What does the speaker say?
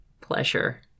pleasure